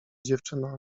dziewczyno